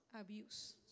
Abuse